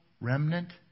remnant